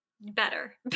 Better